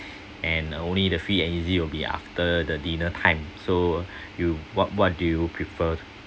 and only the free and easy will be after the dinner time so you what what do you prefer